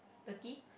turkey